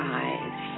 eyes